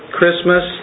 Christmas